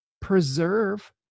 preserve